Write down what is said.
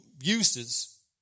uses